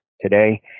today